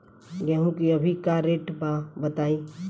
गेहूं के अभी का रेट बा बताई?